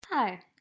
Hi